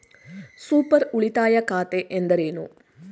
Super ಉಳಿತಾಯ ಖಾತೆ ಎಂದರೇನು?